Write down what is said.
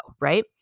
right